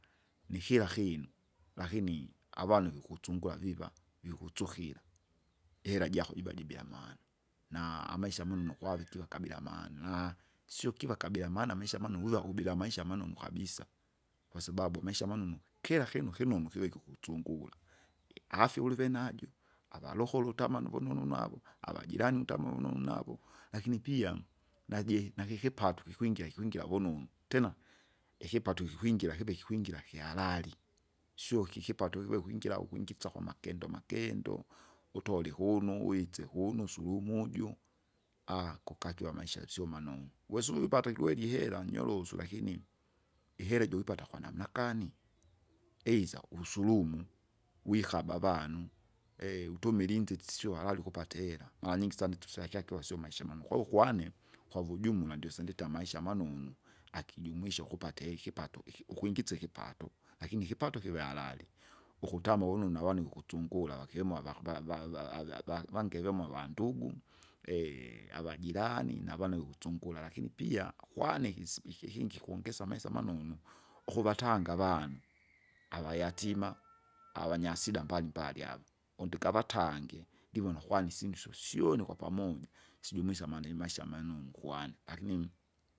NIkila kinu, lakini avana vikutsungura viva, wikutsukira, ihera jako jiba jibie amaana, naa amaisha manunu kwave ikiva kabila maana, na- sio kiva kabila maana amaisha manu wiva kubila amaisha manonu kabisa. Kwasababa amaisha manunu, kila kira kinu kinonu kivika ukutsungura. Iafya ulive najo, avalokolo utama nuvunonnu najo, avajirani utama vonunu navo. Lakini pia, naje nakikipato kikwingira kikwingira vunonu, tena ikipato kikwingira kive kikwingira kya halali, sio kikipato kive kwingira ukwingisya kwa magendo magendo, utoli kunu uwitse kunu usulumu uju kukakuiwa amaisha sio manonu. Wesa uvipate kweri ihera nyorosu lakini, ihere juwipata kwa namna gani? eidha kuwusulumu, wikaba avanu, utumila inzira sisio harali ukupata ihera, maranyingi sana tsakyakiwa sio maisha manonu, kwahiyo ukwane, kwavujumla ndiuse ndite amaisha manonu, akijumuisha ukupate ikipato iki ukwingisya ikipato. Lakini ikipato kive harali. Ukutama vunonu navanu wikutsungura vakiwemo avaku- va- va- va- ava- va- vange vemo avandugu, avajirani, navana vikutsungura. Lakini pia, akwane ikisipi ikingi kungisa kungisa amaisa manonu, ukuvatanga avana avayatima avanyasida mbalimbali avo. Wondikavatange ngivona kwani isindu syosyoni kwapamoja, sijumuisa amande maisha manonu kwane, lakini.